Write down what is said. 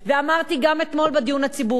אמרתי גם אתמול בדיון הציבורי,